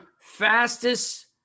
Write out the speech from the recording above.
Fastest